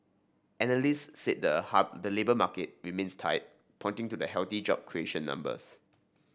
analysts said the labour market remains tight pointing to the healthy job creation numbers